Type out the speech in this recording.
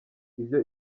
ibyo